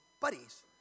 buddies